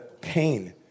pain